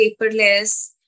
paperless